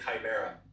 Chimera